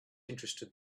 interested